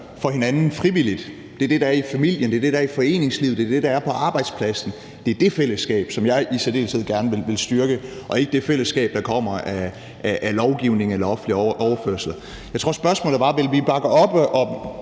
for hinanden frivilligt. Det er det, der er i familien; det er det, der er i foreningslivet; det er det, der er på arbejdspladsen. Det er det fællesskab, som jeg i særdeleshed gerne vil styrke, og ikke det fællesskab, der kommer af lovgivning eller offentlige overførsler. Jeg tror, spørgsmålet var: Vil vi bakke op om